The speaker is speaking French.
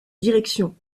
direction